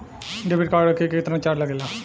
Debit card रखे के केतना चार्ज लगेला?